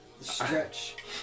stretch